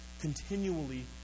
continually